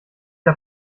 der